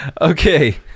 Okay